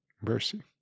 Mercy